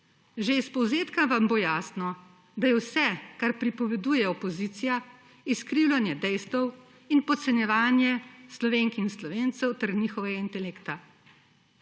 Že iz povzetka vam bo jasno, da je vse, kar pripoveduje opozicija, izkrivljanje dejstev in podcenjevanje Slovenk in Slovencev ter njihovega intelekta.